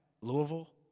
Louisville